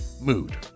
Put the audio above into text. mood